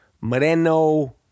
Moreno